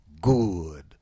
good